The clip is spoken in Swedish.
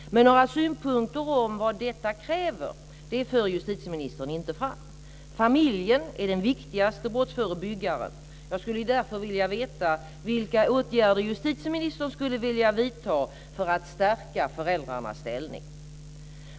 Men några synpunkter om vad detta kräver för justitieministern inte fram. Familjen är den viktigaste brottsförebyggaren. Jag skulle därför vilja veta vilka åtgärder justitieministern skulle vilja vidta för att stärka föräldrarnas ställning.